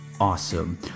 awesome